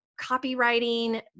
copywriting